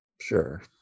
Sure